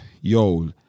yo